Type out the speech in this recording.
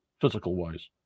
physical-wise